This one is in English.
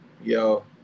yo